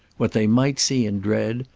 what they might see and dread,